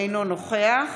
אינו נוכח